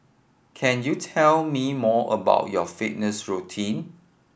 can you tell me more about your fitness routine